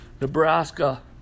Nebraska